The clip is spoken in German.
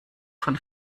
von